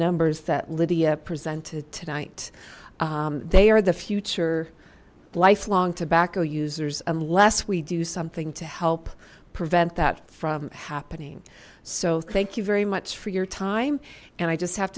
numbers that lydia presented tonight they are the future lifelong tobacco users unless we do something to help prevent that from happening so thank you very much for your time and i just have